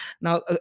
now